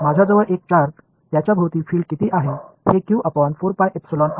माझ्याजवळ एक चार्ज त्याच्या भोवती फिल्ड किती आहे ते